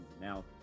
Now